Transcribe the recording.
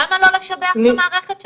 למה לא לשבח את המערכת שם?